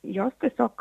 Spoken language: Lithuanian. jos tiesiog